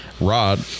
Rod